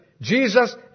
Jesus